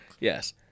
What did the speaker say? Yes